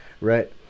right